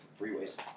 freeways